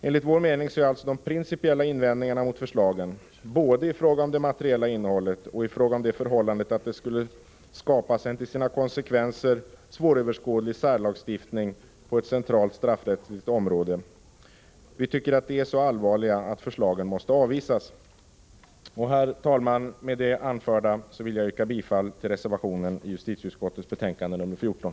Enligt vår mening är alltså de principiella invändningarna mot förslagen — både i fråga om det materiella innehållet och i fråga om det förhållandet att det skulle skapas en till sina konsekvenser svåröverskådlig särlagstiftning på ett centralt straffrättsligt område — så allvarliga att förslagen måste avvisas. Herr talman! Med det anförda vill jag yrka bifall till reservationen i justitieutskottets betänkande 14.